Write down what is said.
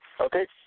Okay